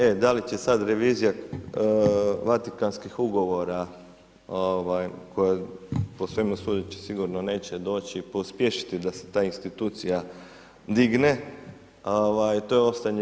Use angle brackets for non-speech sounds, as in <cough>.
E da li će sada revizija Vatikanskih ugovora, koja je po svemu sudeći, sigurno neće doći, pospješiti da se ta institucija digne, to je … <unintelligible> pitanje.